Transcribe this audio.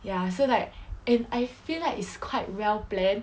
ya so like and I feel like it's quite well-planned